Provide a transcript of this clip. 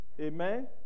Amen